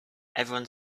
everyone